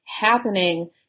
happening